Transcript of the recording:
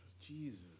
Jesus